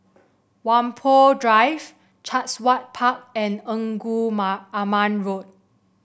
Whampoa Drive Chatsworth Park and Engku Aman Road